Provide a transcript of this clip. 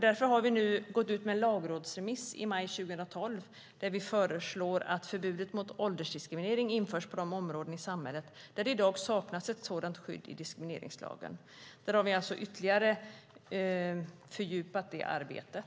Därför har vi nu i maj 2012 gått ut med en lagrådsremiss där vi föreslår att förbud mot åldersdiskriminering införs på de områden i samhället där det i dag saknas sådant skydd i diskrimineringslagen. Vi har alltså fördjupat det arbetet